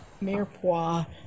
mirepoix